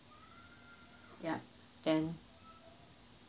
yup then